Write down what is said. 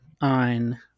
on